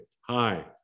hi